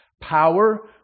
Power